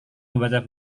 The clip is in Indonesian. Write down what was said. membaca